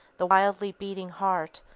the wildly beating heart,